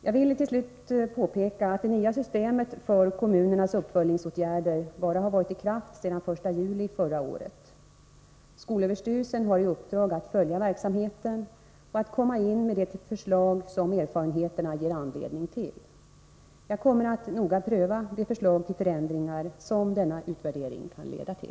Jag vill till slut påpeka att det nya systemet för kommunernas uppföljningsåtgärder bara har varit i kraft sedan den 1 juli förra året. Skolöverstyrelsen har i uppdrag att följa verksamheten och att komma in med de förslag som erfarenheterna ger anledning till. Jag kommer att noga pröva de förslag till förändringar som denna utvärdering kan leda till.